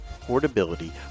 portability